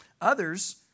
Others